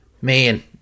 man